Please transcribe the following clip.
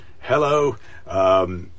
Hello